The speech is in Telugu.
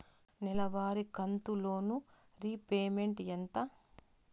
నెలవారి కంతు లోను రీపేమెంట్ ఎంత?